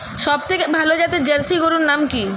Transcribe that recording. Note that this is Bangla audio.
সবথেকে ভালো জাতের জার্সি গরুর নাম কি?